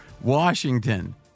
Washington